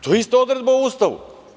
To je isto odredba u Ustavu.